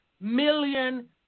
million